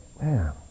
man